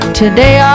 today